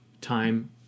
time